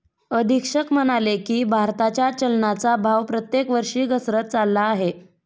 अधीक्षक म्हणाले की, भारताच्या चलनाचा भाव प्रत्येक वर्षी घसरत चालला आहे